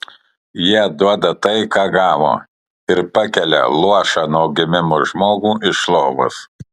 jie duoda tai ką gavo ir pakelia luošą nuo gimimo žmogų iš lovos